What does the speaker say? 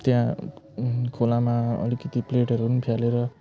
त्यहाँ खोलामा अलिकति प्लेटहरू पनि फालेर